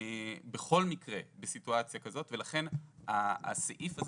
בכל מקרה בסיטואציה כזאת ולכן הסעיף הזה